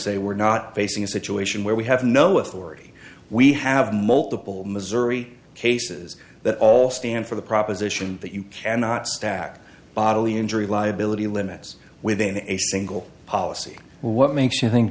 say we're not facing a situation where we have no authority we have multiple missouri cases that all stand for the proposition that you cannot stack bodily injury liability limits within a single policy what makes you think